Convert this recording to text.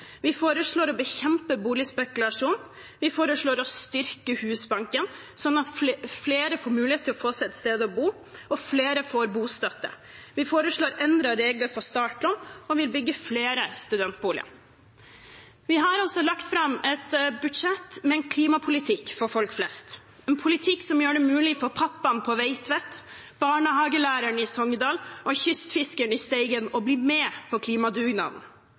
Vi foreslår å bekjempe boligspekulasjon. Vi foreslår å styrke Husbanken, slik at flere får mulighet til å få seg et sted å bo, og flere får bostøtte. Vi foreslår endrede regler for startlån, og vi vil bygge flere studentboliger. Vi har altså lagt fram et budsjett med en klimapolitikk for folk flest, en politikk som gjør det mulig for pappaen på Veitvet, barnehagelæreren i Sogndal og kystfiskeren i Steigen å bli med på klimadugnaden.